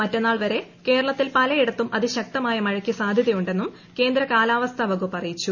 മറ്റന്നാൾവരെ കേരളത്തിൽ പലയിടത്തും അതിശക്തമായ മഴയ്ക്ക് സാധ്യതയുണ്ടെന്നും കേന്ദ്ര കാലാവസ്ഥ വകുപ്പ് അറിയിച്ചു